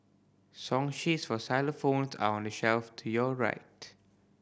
song sheets for xylophones are on the shelf to your right